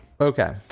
Okay